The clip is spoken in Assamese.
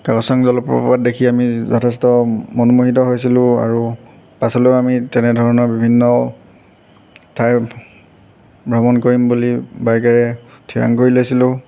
কাকচাং জলপ্ৰপাত দেখি আমি যথেষ্ট মনমোহিত হৈছিলো আৰু পাছলৈ আমি তেনেধৰণৰ বিভিন্ন ঠাই ভ্ৰমণ কৰিম বুলি বাইকেৰে থিৰাং কৰি লৈছিলো